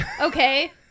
Okay